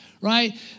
right